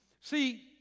See